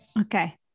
Okay